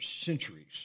centuries